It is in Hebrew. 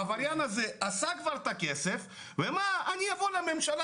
העבריין הזה עשה כבר את הכסף שלו ואני אבוא לממשלה,